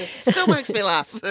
still makes me laugh!